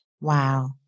Wow